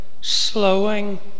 slowing